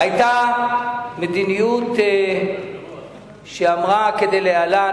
היתה מדיניות שאמרה כדלהלן,